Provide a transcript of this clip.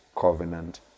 covenant